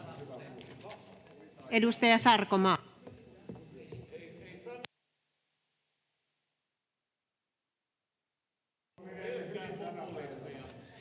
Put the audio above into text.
Edustaja Sarkomaa.